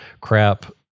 crap